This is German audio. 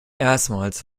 erstmals